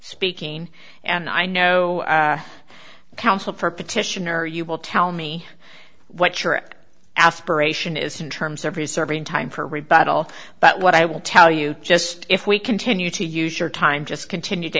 speaking and i know counsel for petitioner you will tell me what your aspiration is in terms of reserving time for rebuttal but what i will tell you just if we continue to use your time just continue to